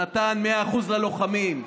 נתן 100% ללוחמים.